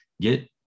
get